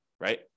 right